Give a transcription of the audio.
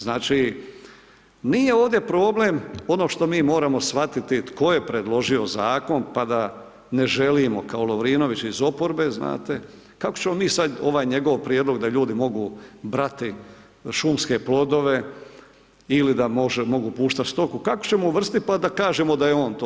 Znači, nije ovdje problem ono što mi moramo shvatiti tko je predložio Zakon, pa da ne želimo kao Lovrinović iz oporbe, znate, kako ćemo mi sad ovaj njegov prijedlog da ljudi mogu brati šumske plodove ili da mogu puštat stoku, kako ćemo uvrstit pa da kažemo da je on to?